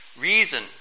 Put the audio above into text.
Reason